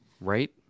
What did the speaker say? Right